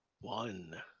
One